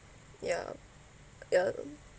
ya